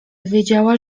wiedziała